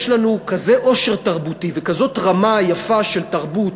יש לנו כזה עושר תרבותי וכזאת רמה יפה של תרבות,